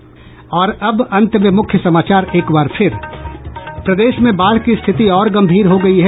और अब अंत में मुख्य समाचार एक बार फिर प्रदेश में बाढ़ की स्थिति और गंभीर हो गयी है